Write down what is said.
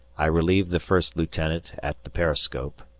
i relieved the first lieutenant at the periscope,